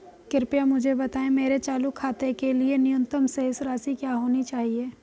कृपया मुझे बताएं मेरे चालू खाते के लिए न्यूनतम शेष राशि क्या होनी चाहिए?